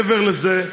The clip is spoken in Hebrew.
מעבר לזה,